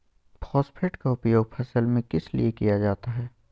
Phosphate की उपयोग फसल में किस लिए किया जाता है?